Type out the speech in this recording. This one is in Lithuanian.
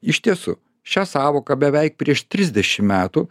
iš tiesų šią sąvoką beveik prieš trisdešimt metų